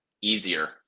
easier